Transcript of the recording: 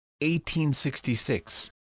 1866